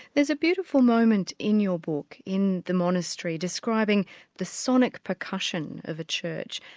there's a beautiful moment in your book in the monastery describing the sonic percussion of a church.